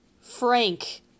Frank